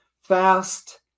fast